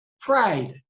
pride